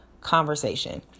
conversation